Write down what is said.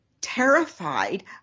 terrified